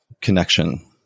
connection